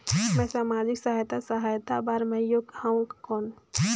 मैं समाजिक सहायता सहायता बार मैं योग हवं कौन?